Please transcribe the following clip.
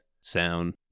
sound